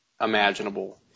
imaginable